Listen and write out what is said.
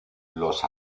los